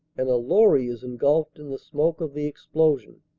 and a lorry is engulfed in the smoke of the explosion.